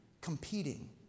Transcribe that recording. competing